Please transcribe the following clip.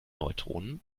neutronen